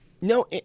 No